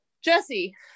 jesse